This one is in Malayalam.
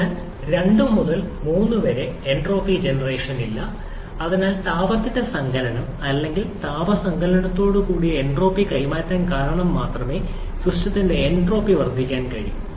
അതിനാൽ 2 മുതൽ 3 വരെ എൻട്രോപ്പി ജനറേഷൻ ഇല്ല അതിനാൽ താപത്തിന്റെ സങ്കലനം അല്ലെങ്കിൽ താപ സങ്കലനത്തോടുകൂടിയ എൻട്രോപ്പി കൈമാറ്റം കാരണം മാത്രമേ സിസ്റ്റത്തിന്റെ എൻട്രോപ്പി വർദ്ധിക്കാൻ കഴിയൂ